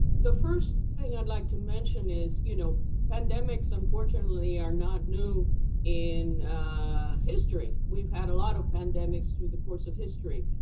the first thing i'd like to mention is you know pandemics, unfortunately, are not new in history. we've had a lot of pandemics through the course of history.